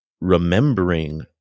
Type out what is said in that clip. remembering